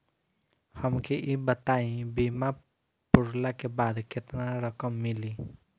हमके ई बताईं बीमा पुरला के बाद केतना रकम मिली?